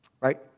Right